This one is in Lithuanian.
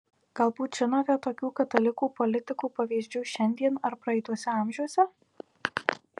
galbūt žinote tokių katalikų politikų pavyzdžių šiandien ar praeituose amžiuose